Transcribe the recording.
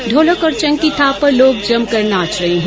ढोलक और चंग की थाप पर लोग जमकर नाच रहे है